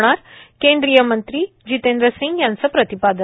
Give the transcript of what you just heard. होणार केंद्रीय मंत्री जितेंद सिंग यांचे प्रतिपादन